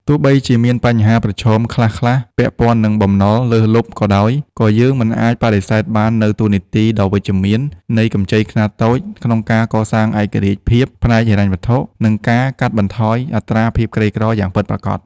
ទោះបីជាមានបញ្ហាប្រឈមខ្លះៗពាក់ព័ន្ធនឹងបំណុលលើសលប់ក៏ដោយ ក៏យើងមិនអាចបដិសេធបាននូវតួនាទីដ៏វិជ្ជមាននៃកម្ចីខ្នាតតូច ក្នុងការកសាងឯករាជ្យភាពផ្នែកហិរញ្ញវត្ថុ និងការកាត់បន្ថយអត្រាភាពក្រីក្រយ៉ាងពិតប្រាកដ។